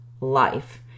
life